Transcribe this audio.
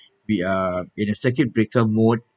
we are in a circuit breaker mode